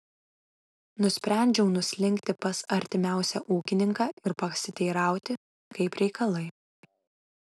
nusprendžiau nuslinkti pas artimiausią ūkininką ir pasiteirauti kaip reikalai